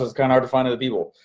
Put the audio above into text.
it's kinda hard to find other people